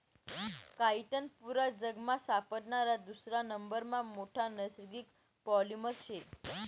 chitin पुरा जगमा सापडणारा दुसरा नंबरना मोठा नैसर्गिक पॉलिमर शे